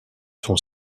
sont